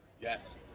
yes